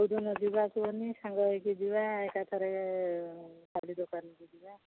କୋଉଦିନ ଯିବା କୁହନି ସାଙ୍ଗ ହୋଇକି ଯିବା ଏକା ଥରେ କାଲି ଦୋକାନକୁ ଯିବା